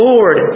Lord